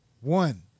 one